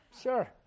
Sure